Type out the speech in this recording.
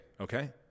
Okay